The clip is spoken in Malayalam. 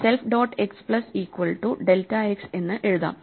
self dot x plus equal to delta x എന്ന് എഴുതാം